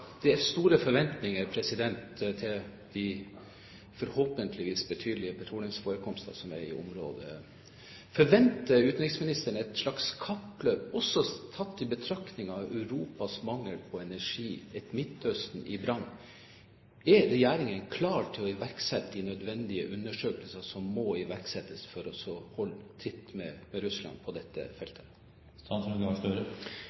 Det er store forventninger til de forhåpentligvis betydelige petroleumsforekomstene som er i området. Forventer utenriksministeren et slags kappløp, også tatt i betraktning Europas mangel på energi og et Midtøsten i brann? Er regjeringen klar til å iverksette de nødvendige undersøkelser som må til for å holde tritt med Russland på dette